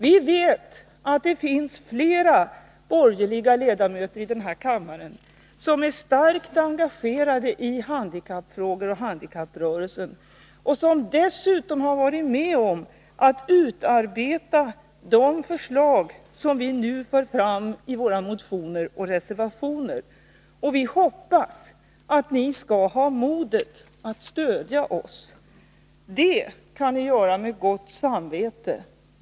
Vi vet att det finns flera borgerliga ledamöter i den här kammaren som är starkt engagerade i handikappfrågor och i handikapprörelsen och som dessutom har varit med om att utarbeta de förslag som vi nu för fram i våra motioner och reservationer. Vi hoppas att ni skall ha modet att stödja oss. Det kan ni göra med gott samvete.